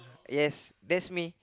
yes that's me